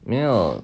没有